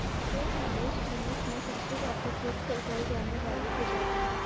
सेब Malus genus में सबसे व्यापक रूप से उगाई जाने वाली प्रजाति है